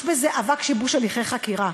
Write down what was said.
יש בזה אבק שיבוש הליכי חקירה.